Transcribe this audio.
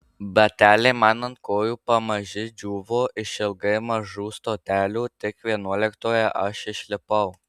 bateliai man ant kojų pamaži džiūvo išilgai mažų stotelių tik vienuoliktoje aš išlipau